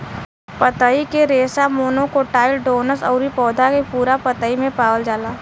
पतई के रेशा मोनोकोटाइलडोनस अउरी पौधा के पूरा पतई में पावल जाला